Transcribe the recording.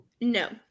No